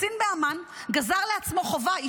קצין באמ"ן גזר על עצמו חובה,